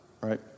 right